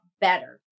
better